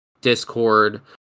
Discord